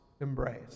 embrace